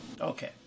Okay